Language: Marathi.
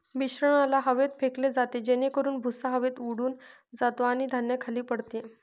मिश्रणाला हवेत फेकले जाते जेणेकरून भुसा हवेत उडून जातो आणि धान्य खाली पडते